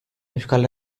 euskal